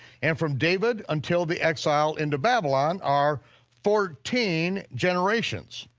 and from david until the exile into babylon are fourteen generations.